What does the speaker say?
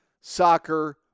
soccer